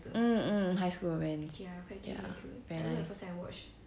mm mm high school romance ya very nice